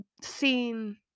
Seen